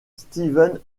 steven